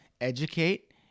educate